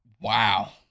Wow